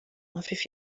hafif